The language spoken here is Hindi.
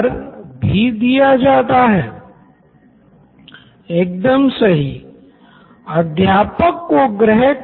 Siddharth Maturi CEO Knoin electronics ये भी एक कारण हो सकता है की वो बीच बीच मे कुछ लाइंस लिख ना पाये हो जब अध्यापक पढ़ा रहे हो